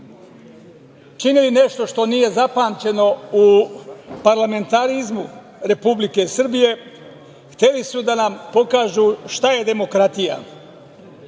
čine nešto što nije zapamćeno u parlamentarizmu Republike Srbije, hteli su da nam pokažu šta je demokratija.